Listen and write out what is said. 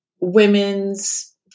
women's